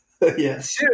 Yes